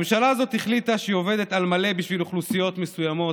הממשלה הזאת החליטה שהיא עובדת על מלא בשביל אוכלוסיות מסוימות,